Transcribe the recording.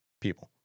people